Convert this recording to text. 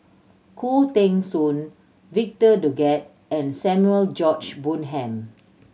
Khoo Teng Soon Victor Doggett and Samuel George Bonham